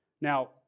Now